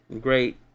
Great